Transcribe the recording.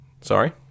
Sorry